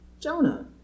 Jonah